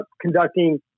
conducting